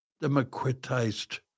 democratized